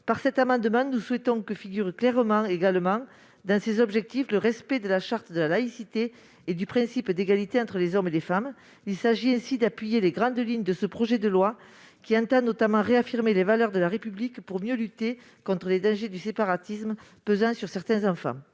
Par cet amendement, nous souhaitons que figure clairement dans ses objectifs le respect de la charte de la laïcité et du principe d'égalité entre les hommes et les femmes. Il s'agit ainsi d'appuyer les grandes lignes de ce projet de loi, qui entend notamment réaffirmer les valeurs de la République pour mieux lutter contre les dangers du séparatisme pesant sur certains enfants.